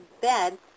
bed